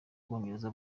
bwongereza